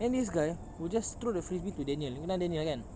then this guy will just throw the frisbee to daniel you kenal daniel lah kan